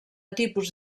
tipus